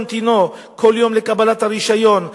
בהמתינו כל יום לקבלת הרשיון,